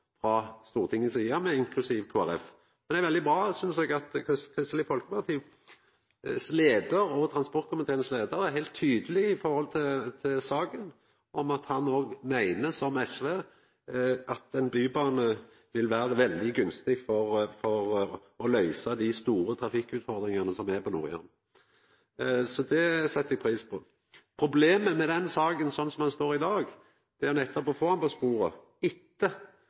Det er veldig bra, synest eg, at leiaren i Kristeleg Folkeparti, leiaren i transportkomiteen, er heilt tydeleg i forhold til saka, at han òg meiner, som SV, at ein bybane vil vera veldig gunstig for å løysa dei store trafikkutfordringane som er på Nord-Jæren. Så det set eg pris på. Problemet med den saka slik som ho står i dag, er nettopp å få ho på sporet, etter